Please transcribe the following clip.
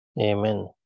Amen